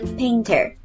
painter